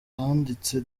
ahanditse